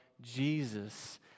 Jesus